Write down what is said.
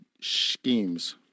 schemes